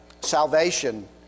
salvation